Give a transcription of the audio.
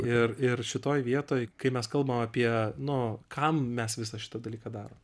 ir ir šitoj vietoj kai mes kalbam apie nu kam mes visą šitą dalyką daro